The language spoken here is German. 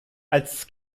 als